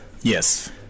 Yes